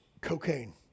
cocaine